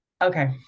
Okay